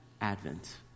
advent